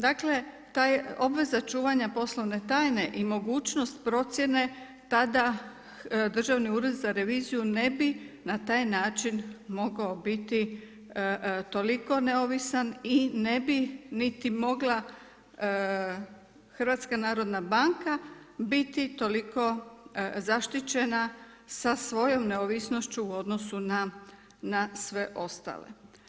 Dakle, ta je obveza čuvanja poslovne tajne i mogućnost procjene tada Državni ured za reviziju ne bi na taj način mogao biti toliko neovisan i ne bi niti mogla Hrvatska narodna banka biti toliko zaštićena sa svojom neovisnošću u odnosu na sve ostale.